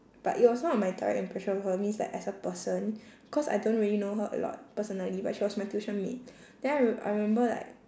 but it was not my direct impression of her means like as a person cause I don't really know her a lot personally but she was my tuition mate then I re~ I remember like